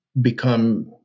become